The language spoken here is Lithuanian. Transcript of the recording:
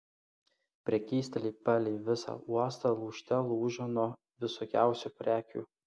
prekystaliai palei visą uostą lūžte lūžo nuo visokiausių prekių